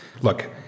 look